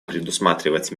предусматривать